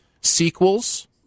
Sequels